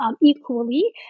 equally